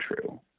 true